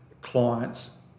clients